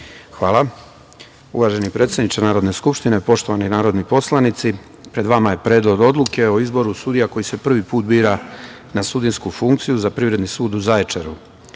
Hvala. Uvaženi predsedniče Narodne skupštine, poštovani narodni poslanici, pred vama je Predlog odluke o izboru sudija koji se prvi put bira na sudijsku funkciju za Privredni sud u Zaječaru. Na